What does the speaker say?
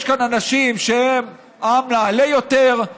יש כאן אנשים שהם עם נעלה יותר,